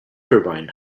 turbine